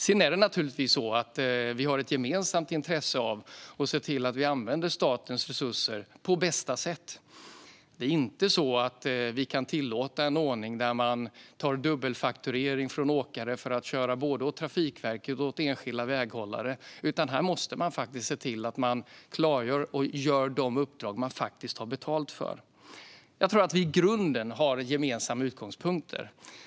Sedan är det naturligtvis så att vi har ett gemensamt intresse av att se till att vi använder statens resurser på bästa sätt. Vi kan inte tillåta en ordning där man tar dubbelfakturering från åkare för att köra både åt Trafikverket och åt enskilda väghållare, utan här måste man se till att man klargör och utför de uppdrag som man faktiskt har betalt för. Jag tror att vi i grunden har gemensamma utgångspunkter.